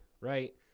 Right